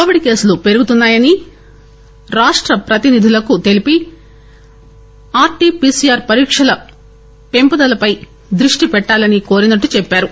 Covid కేసులు పెరుగుతున్నాయని రాష్టప్రతినిధులకు తెలిపి R T P C R పరీక్షల పెంపుదలపై దృష్టి పెట్టాలని కోరినట్టు చెప్పారు